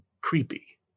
creepy